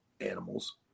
animals